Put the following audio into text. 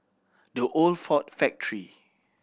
The Old Ford Factory